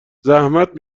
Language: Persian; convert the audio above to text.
زحمت